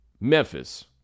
Memphis